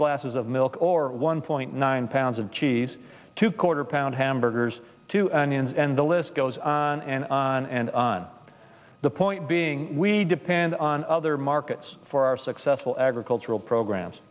glasses of milk or one point nine pounds of cheese to quarter pound hamburgers to the list goes on and on and on the point being we depend on other markets for our successful agricultural programs